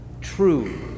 true